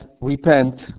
repent